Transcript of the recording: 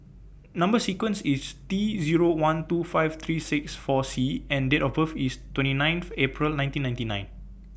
Number sequence IS T Zero one two five three six four C and Date of birth IS twenty ninth April nineteen ninety nine